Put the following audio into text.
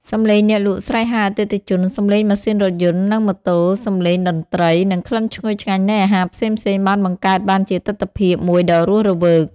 សំឡេងអ្នកលក់ស្រែកហៅអតិថិជន សំឡេងម៉ាស៊ីនរថយន្ត និងម៉ូតូ សំឡេងតន្ត្រី និងក្លិនឈ្ងុយឆ្ងាញ់នៃអាហារផ្សេងៗបានបង្កើតបានជាទិដ្ឋភាពមួយដ៏រស់រវើក។